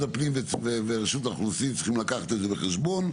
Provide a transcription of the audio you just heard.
הפנים ורשות האוכלוסין צריכים לקחת בחשבון,